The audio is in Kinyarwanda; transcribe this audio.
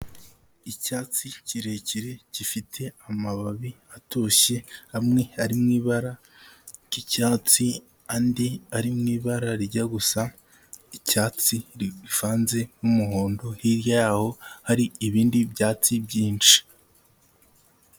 Icyatsi kirekire gifite amababi atoshye amwe ari mu ibara ry'icyatsi andi ari mu ibara rijya gusa icyatsi rivuze n'umuhondo, hirya yaho hari ibindi byatsi byinshi.